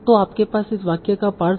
तो आपके पास इस वाक्य का पार्स है